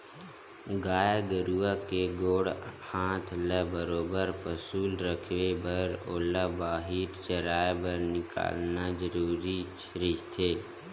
गाय गरुवा के गोड़ हात ल बरोबर पसुल रखे बर ओला बाहिर चराए बर निकालना जरुरीच रहिथे